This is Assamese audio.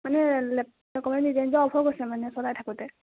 মানে লেপটপ নিজে নিজে অ'ফ হৈ গৈছে মানে চলাই থাকোঁতে